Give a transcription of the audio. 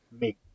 make